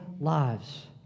lives